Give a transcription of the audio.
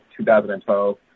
2012